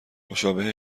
مشابه